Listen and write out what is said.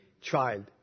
child